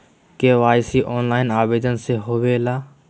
KYC online आवेदन से होवे ला?